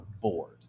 bored